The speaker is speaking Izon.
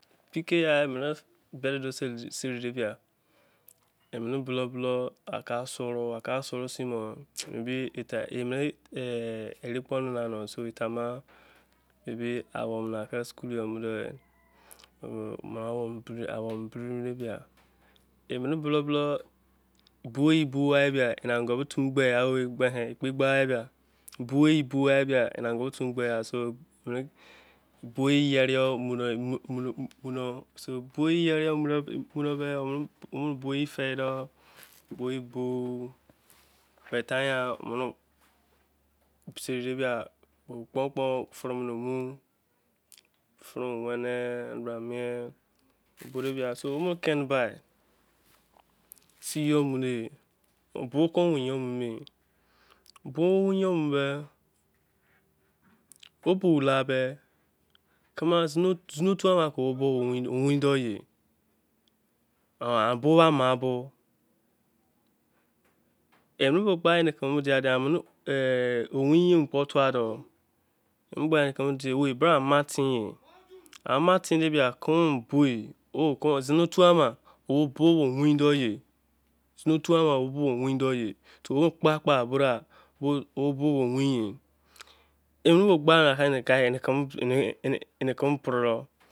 Peke mene bed doo seri ya aka soru. ere kpo enene. so etaima awoon. ke school yor mu-ne emene bulolo tube frewene, so any kene gug win doi-ye emene gba enekeme ma. bodi sera bode ama tein. zini otu ama bo-pre dor